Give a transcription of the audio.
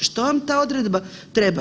Što vam ta odredba treba?